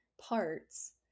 parts